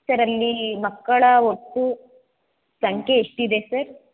sir ಅಲ್ಲಿ ಮಕ್ಕಳ ಒಟ್ಟು ಸಂಖ್ಯೆ ಎಷ್ಟಿದೆ ಸರ್